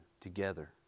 together